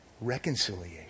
Reconciliation